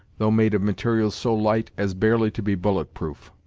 though made of materials so light as barely to be bullet-proof.